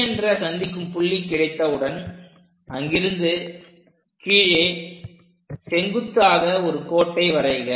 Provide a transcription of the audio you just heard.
D என்ற சந்திக்கும் புள்ளி கிடைத்தவுடன் அங்கிருந்து கீழே செங்குத்தாக ஒரு கோட்டை வரைக